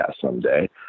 someday